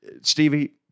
Stevie